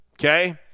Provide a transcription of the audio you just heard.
okay